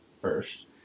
first